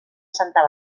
santa